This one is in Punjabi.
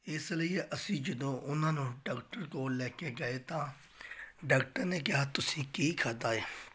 ਇਸ ਲਈ ਅਸੀਂ ਜਦੋਂ ਉਹਨਾਂ ਨੂੰ ਡਾਕਟਰ ਕੋਲ ਲੈ ਕੇ ਗਏ ਤਾਂ ਡਾਕਟਰ ਨੇ ਕਿਹਾ ਤੁਸੀਂ ਕੀ ਖਾਧਾ ਹੈ